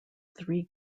three